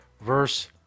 verse